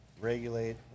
regulate